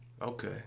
Okay